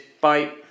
Bye